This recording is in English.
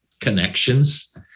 connections